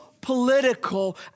political